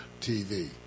TV